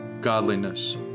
godliness